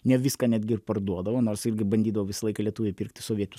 ne viską netgi ir parduodavo nors irgi bandydavo visą laiką lietuviai pirkti sovietų są